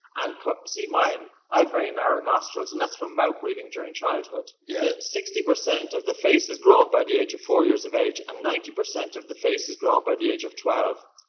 and see mine, i have very narrow nostrils, and that's from mouth breathing during childhood yeah sixty percent of the face is grown by the age of four years of age, and ninety percent of the face is grown by the age of twelve.